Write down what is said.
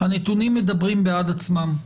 הנתונים מדברים בעד עצמם.